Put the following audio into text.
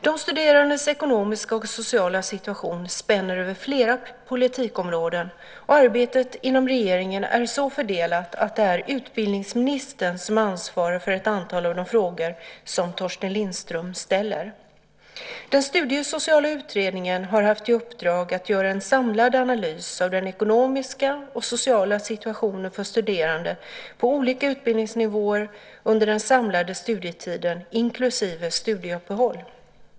De studerandes ekonomiska och sociala situation spänner över flera politikområden och arbetet inom regeringen är så fördelat att det är utbildningsministern som ansvarar för ett antal av de frågor som Torsten Lindström ställer. Den studiesociala utredningen har haft i uppdrag att göra en samlad analys av den ekonomiska och sociala situationen för studerande på olika utbildningsnivåer under den samlade studietiden inklusive studieuppehåll.